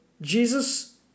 Jesus